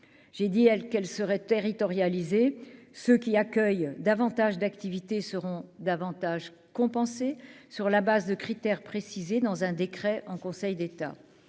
j'ai dit-elle qu'elle serait territorialisée ceux qui accueillent davantage d'activités seront davantage compenser sur la base de critères précisés dans un décret en Conseil d'État,